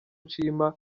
nshima